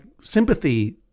sympathy